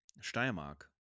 Steiermark